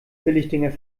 billigdinger